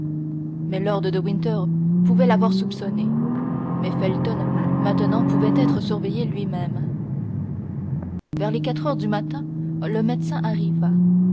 mais lord de winter pouvait l'avoir soupçonné mais felton maintenant pouvait être surveillé lui-même vers les quatre heures du matin le médecin arriva